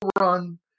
run